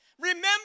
Remember